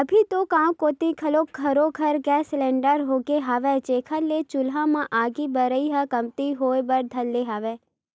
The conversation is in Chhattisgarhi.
अभी तो गाँव कोती घलोक घरो घर गेंस सिलेंडर होगे हवय, जेखर ले चूल्हा म आगी बरई ह कमती होय बर धर ले हवय